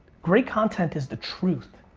great content is the truth,